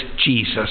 Jesus